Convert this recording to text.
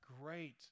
great